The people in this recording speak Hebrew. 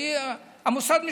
המוסד משלם,